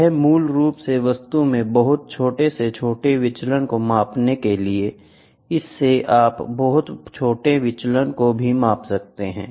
यह मूल रूप से वस्तु में बहुत छोटे से छोटे विचलन को मापने के लिए है इससे आप बहुत छोटे विचलन को भी माप सकते हैं